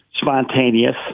spontaneous